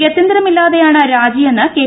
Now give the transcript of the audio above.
ഗത്യന്തരമില്ലാതെയാണ് രാജിയെന്ന് കെ